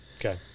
Okay